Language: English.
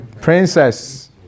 Princess